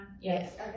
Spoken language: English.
Yes